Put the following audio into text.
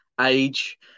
age